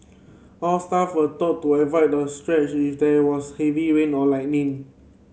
all staff were told to avoid the stretch if there was heavy rain or lightning